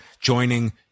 joining